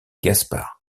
gaspard